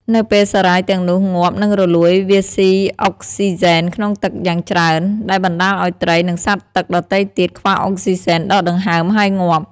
នៅពេលសារ៉ាយទាំងនោះងាប់ និងរលួយ វាស៊ីអុកស៊ីហ្សែនក្នុងទឹកយ៉ាងច្រើន ដែលបណ្តាលឱ្យត្រី និងសត្វទឹកដទៃទៀតខ្វះអុកស៊ីហ្សែនដកដង្ហើម ហើយងាប់។